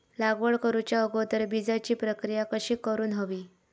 लागवड करूच्या अगोदर बिजाची प्रकिया कशी करून हवी?